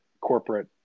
corporate